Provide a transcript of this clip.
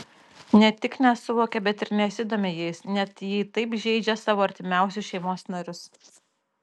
ne tik nesuvokia bet ir nesidomi jais net jei taip žeidžia savo artimiausius šeimos narius